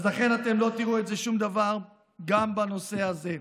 אז לכן, אתם לא תראו שום דבר גם בנושא הזה.